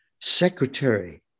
Secretary